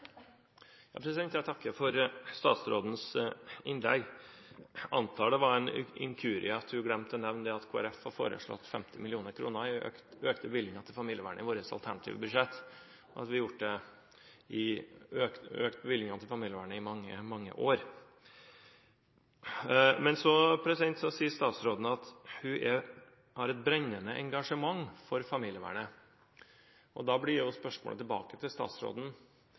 Jeg takker for statsrådens innlegg. Jeg antar det var ved en inkurie hun glemte å nevne at Kristelig Folkeparti har foreslått 15 mill. kr i økte bevilgninger til familievernet i sitt alternative budsjett, og at vi har økt bevilgningene til familievernet i mange, mange år. Så sier statsråden at hun har et brennende engasjement for familievernet. Da blir spørsmålet tilbake til statsråden: